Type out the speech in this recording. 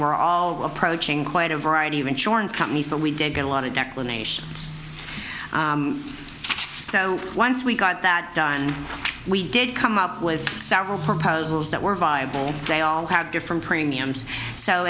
were all approaching quite a variety of insurance companies but we did get a lot of declamation so once we got that done we did come up with several proposals that were viable they all have different premiums so